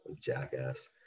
Jackass